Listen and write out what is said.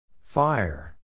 Fire